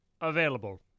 available